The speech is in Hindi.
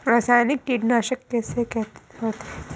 रासायनिक कीटनाशक कैसे होते हैं?